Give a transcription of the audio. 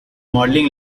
modeling